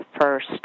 first